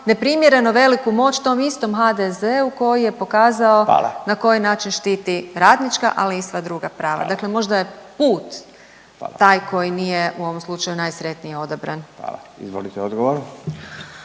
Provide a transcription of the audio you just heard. neprimjereno veliku moć tom istom HDZ-u koji je pokazao na koji način štiti radnička, ali i sva druga prava, dakle možda je put taj koji nije u ovom slučaju najsretnije odabran. **Radin, Furio